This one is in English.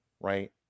right